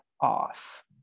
off